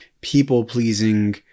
people-pleasing